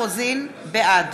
בעד